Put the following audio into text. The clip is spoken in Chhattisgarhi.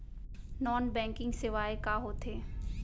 नॉन बैंकिंग सेवाएं का होथे